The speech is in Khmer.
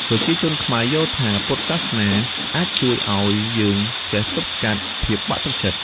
ប្រជាជនខ្មែរយល់ថាពុទ្ធសាសនាអាចជួយឲ្យយើងចេះទប់ស្កាត់ភាពបាក់ទឺកចិត្ត។